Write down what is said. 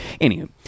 Anywho